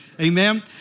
Amen